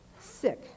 sick